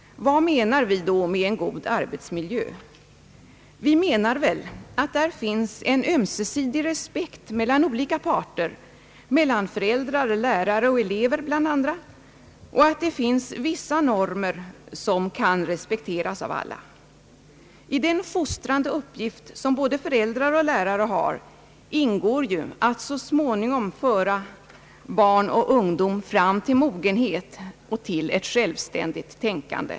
Vad menar vi då med en god arbetsmiljö? Vi menar väl att där finns en ömsesidig respekt mellan olika parter, mellan föräldrar, lärare och elever, och att det finns vissa normer som kan respekteras av alla. I den fostrande uppgift som både föräldrar och lärare har ingår att så småningom föra barn och ungdom fram till mogenhet och ett självständigt tänkande.